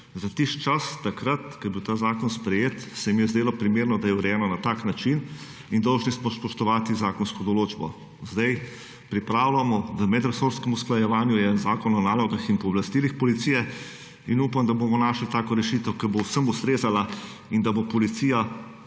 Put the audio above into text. Za tisti čas takrat, ko je bil ta zakon sprejet se mi je zdelo primerno, da je urejeno na tak način in dolžni smo spoštovati zakonsko določbo. Sedaj pripravljamo v medresorskem usklajevanju je Zakon o nalogah in pooblastili policije in upam, da bomo našli tako rešitev, ki bo vsem ustrezala in da bo Policija